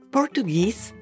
Portuguese